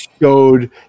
Showed